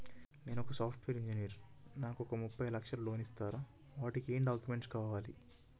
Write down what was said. నేను ఒక software engineer నాకు ఒక ముప్పై లక్షల లోన్ ఇస్తరా? వాటికి ఏం డాక్యుమెంట్స్ కావాలి?